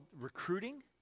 recruiting